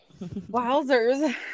Wowzers